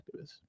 activists